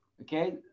Okay